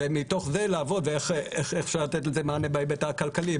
ומתוך זה לעבוד ואיך אפשר לתת לזה מענה בהיבט הכלכלי,